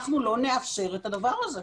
אנחנו לא נאפשר את הדבר הזה.